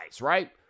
right